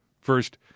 First